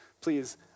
Please